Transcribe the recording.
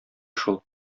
шул